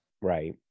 right